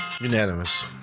Unanimous